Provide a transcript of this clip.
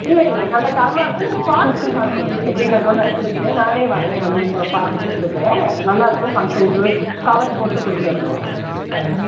இல்லை இல்லை நல்ல தரமாக இருக்கும் நீங்கள் பார்த்துட்டு காசு கொடுங்க எப்படியும் நான் அங்கே வந்து தானே கொடுக்கறேன் நானே வர்றேன் வந்து க பார்த்துட்டு கொடுக்கறேன் நல்லா இருக்கும் பங்க்ஷனுக்கு கவர் போட்டு கொடுத்துட்றோம் தேங்க்ஸ்